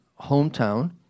hometown